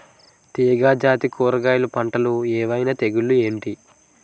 తీగ జాతి కూరగయల్లో పంటలు ఏమైన తెగులు ఏంటి?